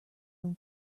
him